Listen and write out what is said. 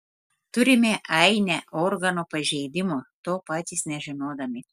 turime ainę organų pažeidimų to patys nežinodami